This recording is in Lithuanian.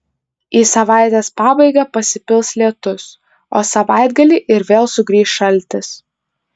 į savaitės pabaigą pasipils lietus o savaitgalį ir vėl sugrįš šaltis